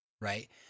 right